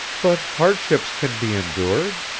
but hardships can be endured.